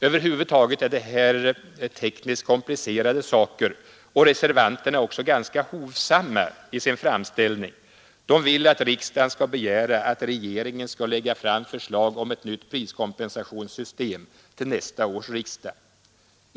Över huvud taget är det här tekniskt komplicerade saker, och reservanterna är också ganska hovsamma i sin framställning. De vill att riksdagen skall begära att regeringen skall lägga fram förslag om ett nytt priskompensationssystem till nästa års riksdag.